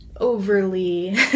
overly